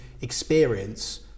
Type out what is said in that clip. experience